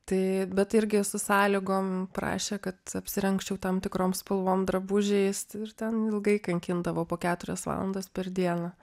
tai bet irgi su sąlygom prašė kad apsirengčiau tam tikrom spalvom drabužiais ir ten ilgai kankindavo po keturias valandas per dieną